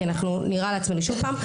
כי אנחנו נירא על עצמנו שוב פעם.